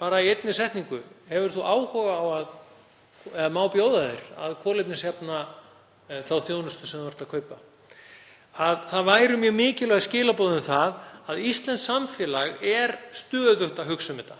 það í einni setningu: Hefur þú áhuga á að, eða má bjóða þér að kolefnisjafna þá þjónustu sem þú ert að kaupa? Það væru mjög mikilvæg skilaboð um að íslenskt samfélag er stöðugt að hugsa um þetta